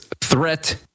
threat